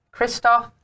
Christoph